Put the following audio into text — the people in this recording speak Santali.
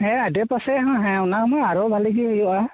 ᱦᱮᱸ ᱟᱰᱮ ᱯᱟᱥᱮ ᱦᱚᱸ ᱦᱮᱸ ᱚᱱᱟᱢᱟ ᱟᱨᱦᱚᱸ ᱵᱷᱟᱞᱤ ᱜᱮ ᱦᱩᱭᱩᱜᱼᱟ